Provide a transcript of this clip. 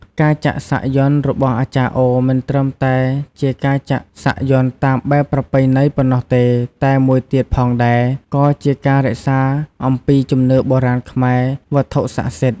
ការចាក់សាក់យ័ន្តរបស់អាចារ្យអូមិនត្រឹមតែជាការចាក់សាក់យន្តតាមបែបប្រពៃណីប៉ុណ្ណោះទេ តែមួយទៀតផងដែរ ក៏ជាការរក្សាអំពីជំនឿបុរាណខ្មែរ វត្ថុសក្តិសិទ្ធ។